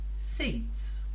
seats